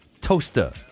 toaster